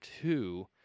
two